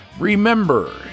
Remember